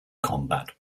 combat